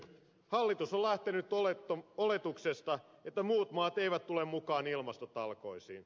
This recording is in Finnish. hallitus on lähtenyt oletuksesta että muut maat eivät tule mukaan ilmastotalkoisiin